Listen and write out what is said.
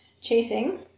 chasing